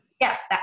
Yes